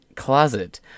closet